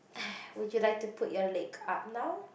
would you like to put your leg up now